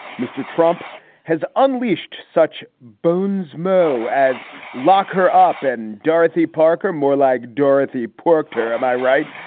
mr trump has unleashed such boon's mo as lock her up and dorothy parker more like dorothy porked her. am i right?